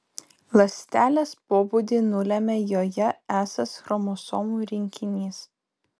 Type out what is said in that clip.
ląstelės pobūdį nulemia joje esąs chromosomų rinkinys